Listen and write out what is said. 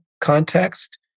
context